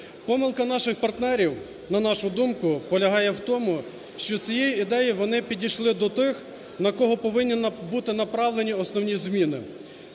Помилка наших партнерів, на нашу думку, полягає в тому, що з цією ідеєю вони підійшли до тих, на кого повинні бути направлені основні зміни.